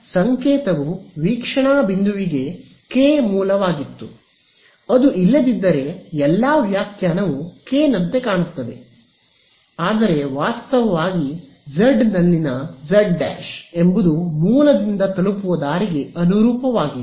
ಆದ್ದರಿಂದ ಸಂಕೇತವು ವೀಕ್ಷಣಾ ಬಿಂದುವಿಗೆ ಕೆ ಮೂಲವಾಗಿತ್ತು ಅದು ಇಲ್ಲದಿದ್ದರೆ ಎಲ್ಲ ವ್ಯಾಖ್ಯಾನವು K ನಂತೆ ಕಾಣುತ್ತದೆ ಆದರೆ ವಾಸ್ತವವಾಗಿ z ನಲ್ಲಿನ z ಎಂಬುದು ಮೂಲದಿಂದ ತಲುಪುವ ದಾರಿಗೆ ಅನುರೂಪವಾಗಿದೆ